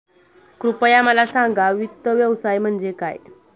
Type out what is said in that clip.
कृपया मला सांगा वित्त व्यवसाय म्हणजे काय?